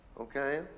Okay